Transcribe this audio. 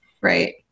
right